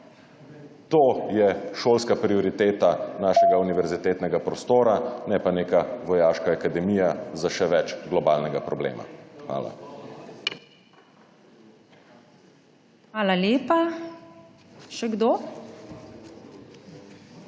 To je šolska prioriteta našega univerzitetnega prostora, ne pa neka vojaška akademija za še več globalnega problema. Hvala. PREDSEDNICA MAG.